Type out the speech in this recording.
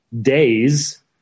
days